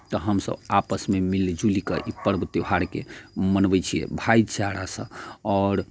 तऽ हमसब आपस मिलि जुलि कऽ ई पर्ब त्यौहार के मनबै छियै भाइचारा सऽ और